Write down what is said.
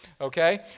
okay